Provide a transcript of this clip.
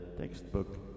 textbook